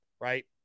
right